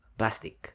plastic